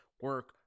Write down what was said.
Work